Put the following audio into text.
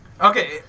Okay